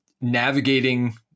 navigating